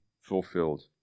fulfilled